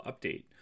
update